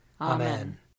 Amen